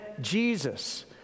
Jesus